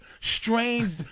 strange